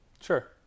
Sure